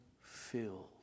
filled